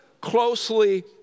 closely